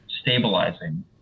stabilizing